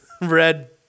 red